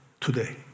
today